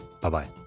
Bye-bye